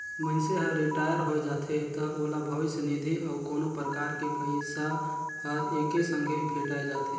मइनसे हर रिटायर होय जाथे त ओला भविस्य निधि अउ कोनो परकार के पइसा हर एके संघे भेंठाय जाथे